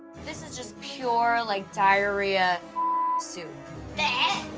this is just pure like diarrhea so